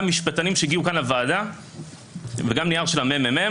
משפטנים שהגיעו לוועדה וגם נייר של הממ"מ